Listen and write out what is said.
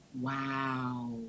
Wow